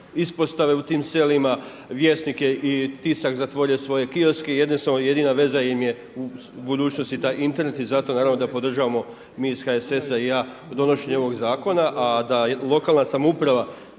u tim selima, Vjesnik i Tisak su zatvorili svoje kioske jedina veza im je u budućnosti taj Internet i zato naravno da podržavamo mi iz HSS-a i ja donošenje ovog zakona. A da lokalna samouprava